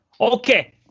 Okay